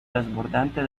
desbordante